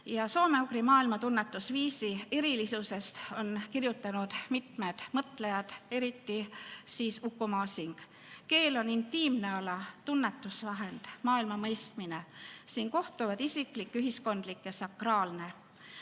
Soome-ugri maailmatunnetusviisi erilisusest on kirjutanud mitmed mõtlejad, eriti Uku Masing. Keel on intiimne ala, tunnetusvahend, maailma mõistmine, siin kohtuvad isiklik, ühiskondlik ja sakraalne.